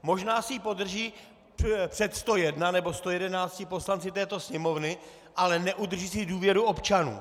Možná si ji podrží před 101 nebo 111 poslanci této Sněmovny, ale neudrží si důvěru občanů.